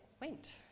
went